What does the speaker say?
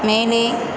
மேலே